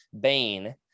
Bane